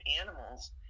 animals